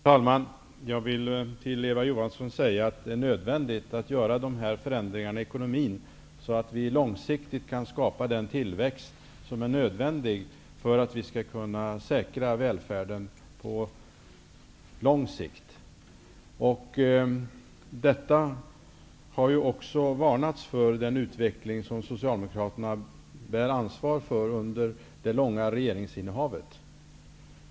Herr talman! Jag vill säga till Eva Johansson att det är nödvändigt att göra de här förändringarna i ekonomin för att vi skall kunna skapa den till växt som är nödvändig för en på lång sikt säkrad välfärd. Det har varnats för den utveckling som Social demokraterna sedan deras långa regeringstid bär ansvar för.